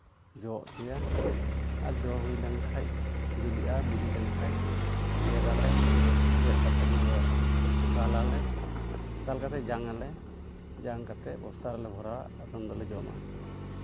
ᱡᱚ ᱦᱚᱪᱚᱭᱟ ᱟᱨ ᱡᱚ ᱦᱩᱭ ᱞᱮᱱᱠᱷᱟᱱ ᱵᱤᱞᱤᱜᱼᱟ ᱵᱤᱞᱤ ᱞᱮᱱᱠᱷᱟᱱ ᱜᱮᱫ ᱟᱞᱮ ᱜᱮᱫ ᱠᱟᱛᱮᱫ ᱚᱱᱟ ᱫᱚ ᱫᱟᱞ ᱟᱞᱮ ᱫᱟᱞ ᱠᱟᱛᱮᱫ ᱡᱟᱝ ᱟᱞᱮ ᱡᱟᱝ ᱠᱟᱛᱮᱫ ᱵᱚᱥᱛᱟ ᱨᱮᱞᱮ ᱵᱷᱚᱨᱟᱣᱟ ᱟᱫᱚᱢ ᱫᱚᱞᱮ ᱡᱚᱢᱟ